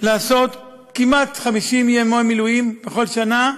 לעשות כמעט 50 ימי מילואים בכל שנה,